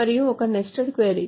మరియు ఒక nested query